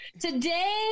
Today